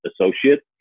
associates